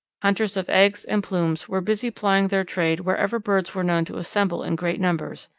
hunters of eggs and plumes were busy plying their trades wherever birds were known to assemble in great numbers,